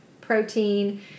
protein